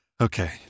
Okay